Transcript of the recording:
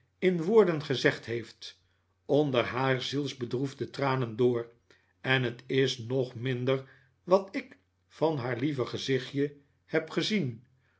in woorden gezegd heeft onder haar zielsbedroefde tranen door en het is nog minder wat ik van haar lieve gezichtje heb gezien